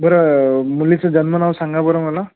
बरं मुलीचं जन्म नाव सांगा बरं मला